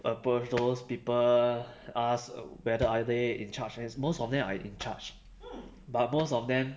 above those people ask whether are they in charge and is most of them are in charge but most of them